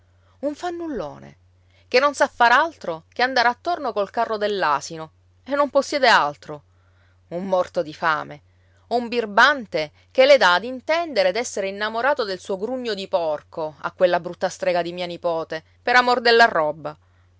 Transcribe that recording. un fannullone che non sa far altro che andare attorno col carro dell'asino e non possiede altro un morto di fame un birbante che le dà ad intendere d'essere innamorato del suo grugno di porco a quella brutta strega di mia nipote per amor della roba